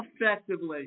effectively